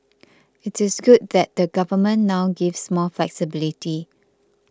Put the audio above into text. it is good that the Government now gives more flexibility